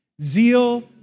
Zeal